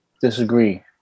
disagree